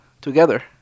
together